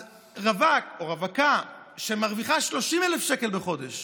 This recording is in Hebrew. אז רווק או רווקה שמרוויחה 30,000 שקל בחודש